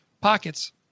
pockets